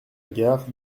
gare